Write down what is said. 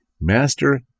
Master